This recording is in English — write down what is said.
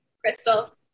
Crystal